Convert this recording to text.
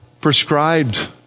prescribed